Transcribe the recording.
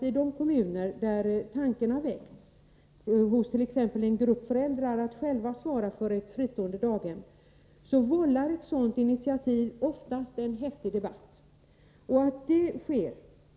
I kommuner där tanken har väckts hos t.ex. en grupp föräldrar att själva svara för ett fristående daghem, vållar ett sådant initiativ oftast en häftig debatt.